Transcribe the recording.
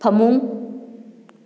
ꯐꯃꯨꯡ